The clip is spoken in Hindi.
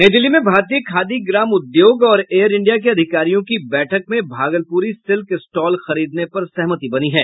नई दिल्ली में भारतीय खादी ग्राम उद्योग और एयर इंडिया के अधिकारियों की बैठक में भागलपुरी सिल्क स्टॉल खरीदने पर सहमति बनी है